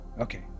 Okay